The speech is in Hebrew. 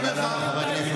תודה רבה.